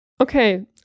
Okay